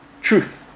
truth